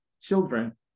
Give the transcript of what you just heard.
children